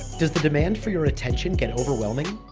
does the demand for your attention get overwhelming?